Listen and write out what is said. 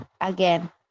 again